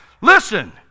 listen